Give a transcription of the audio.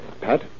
Pat